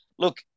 Look